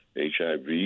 HIV